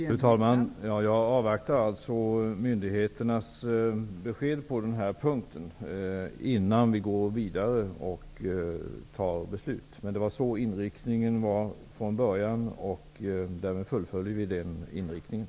Fru talman! Jag avvaktar myndigheternas besked på den här punkten, innan vi går vidare och fattar beslut. Så var inriktningen från början, och vi följer den inriktningen.